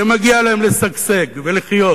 שמגיע להם לשגשג, לחיות